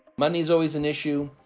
money is always an issue,